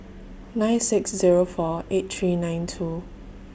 nine six Zero four eight three nine two